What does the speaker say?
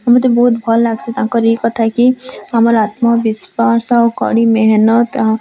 ମତେ ବହୁତ୍ ଭଲ୍ ଲାଗ୍ସି ତାଙ୍କର ଇ କଥା କି ଆମର୍ ଆତ୍ମବିଶ୍ଵାସ୍ ଆଉ କଡ଼ି ମେହେନତ୍ ଆଉ